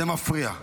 זה מפריע.